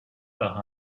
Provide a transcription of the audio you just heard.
par